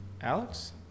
Alex